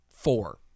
four